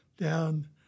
down